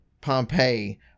Pompeii